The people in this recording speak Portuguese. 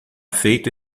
feito